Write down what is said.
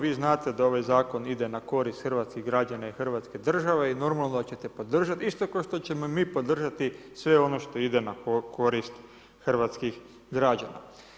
Vi znate da ovaj Zakon ide na korist hrvatskih građana i hrvatske države i normalo da ćete podržati, isto kao što ćemo i mi podržati sve ono što ide na korist hrvatskih građana.